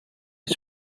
its